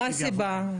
מה הסיבה?